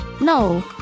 No